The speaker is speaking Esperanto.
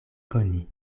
koni